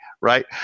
Right